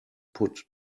put